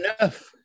Enough